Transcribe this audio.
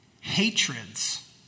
Hatreds